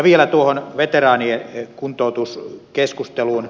vielä tuohon veteraanien kuntoutus keskusteluun